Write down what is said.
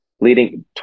leading